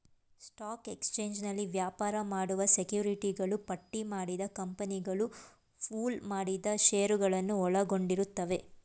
stock ಎಕ್ಸ್ಚೇಂಜ್ನಲ್ಲಿ ವ್ಯಾಪಾರ ಮಾಡುವ ಸೆಕ್ಯುರಿಟಿಗಳು ಪಟ್ಟಿಮಾಡಿದ ಕಂಪನಿಗಳು ಪೂಲ್ ಮಾಡಿದ ಶೇರುಗಳನ್ನ ಒಳಗೊಂಡಿರುತ್ತವೆ